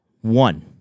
One